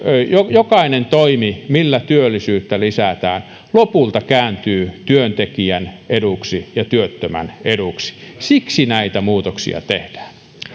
jokainen toimi millä työllisyyttä lisätään lopulta kääntyy työntekijän eduksi ja työttömän eduksi siksi näitä muutoksia tehdään